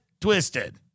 twisted